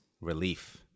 relief